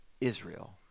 Israel